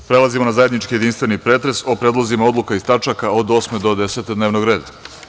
Prelazimo na zajednički jedinstveni pretres od predlozima odluka iz tačaka od 8. do 10. dnevnog reda.